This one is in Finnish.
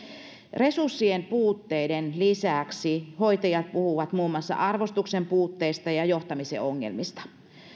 resurssien puutteiden lisäksi hoitajat puhuvat muun muassa arvostuksen puutteesta ja johtamisen ongelmista